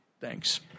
Thanks